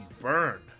burned